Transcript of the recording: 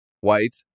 white